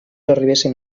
arribessin